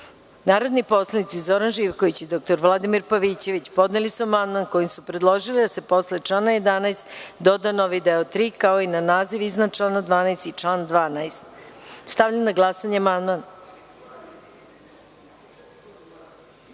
poslanici Zoran Živković i dr Vladimir Pavićević podneli su amandman kojim su predložili da se posle člana 14. doda novi deo IV, kao i na naziv iznad člana 15. i član 15.Stavljam na glasanje amandman. Molim